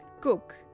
cook